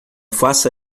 faça